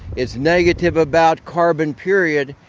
it's negative about carbon, period,